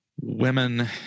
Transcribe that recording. women